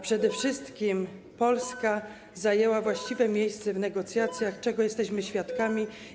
Przede wszystkim jednak Polska zajęła właściwe miejsce w negocjacjach, czego jesteśmy świadkami.